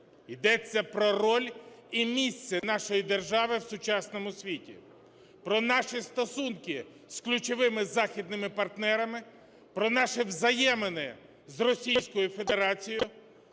йдеться про роль і місце нашої держави в сучасному світі, про наші стосунки з ключовими західними партнерами, про наші взаємини з Російською Федерацією,